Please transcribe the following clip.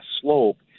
slope